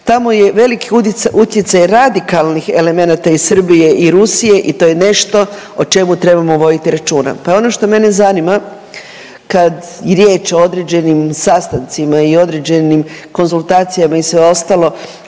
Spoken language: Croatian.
Tamo je veliki utjecaj radikalnih elemenata iz Srbije i Rusije i to je nešto o čemu trebamo voditi računa. Pa je ono što mene zanima kad je riječ o određenim sastancima i određenim konzultacijama i sve ostalo